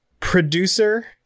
Producer